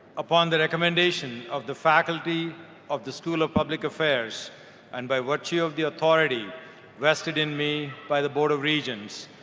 upon the recommendation of the faculty of the school of public affairs, and by virtue of the authority vested in me by the board of regents,